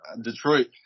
Detroit